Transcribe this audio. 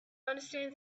understand